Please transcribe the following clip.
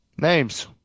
Names